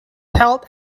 held